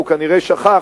הוא כנראה שכח,